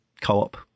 co-op